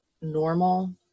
normal